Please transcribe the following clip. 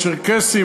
הצ'רקסים,